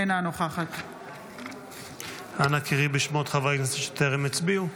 אינה נוכחת אנא קראי בשמות חברי הכנסת שטרם הצביעו.